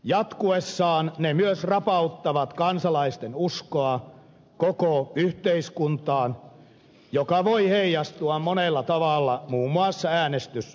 jatkuessaan ne myös rapauttavat kansalaisten uskoa koko yhteiskuntaan mikä voi heijastua monella tavalla muun muassa äänestysvilkkauteen